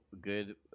good